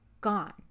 gone